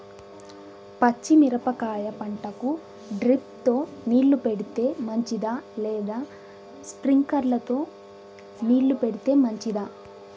పచ్చి మిరపకాయ పంటకు డ్రిప్ తో నీళ్లు పెడితే మంచిదా లేదా స్ప్రింక్లర్లు తో నీళ్లు పెడితే మంచిదా?